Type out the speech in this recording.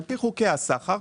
לפי חוקי הסחר,